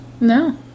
no